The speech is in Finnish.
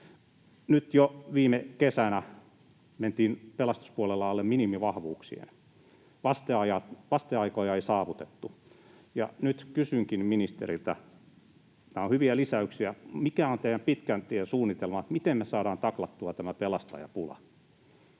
Nyt jo viime kesänä mentiin pelastuspuolella alle minimivahvuuksien. Vasteaikoja ei saavutettu. Nyt kysynkin ministeriltä: Nämä ovat hyviä lisäyksiä, mutta mikä on teidän pitkän tien suunnitelma? Miten me saadaan taklattua tämä pelastajapula?